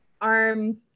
arm